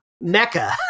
mecca